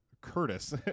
Curtis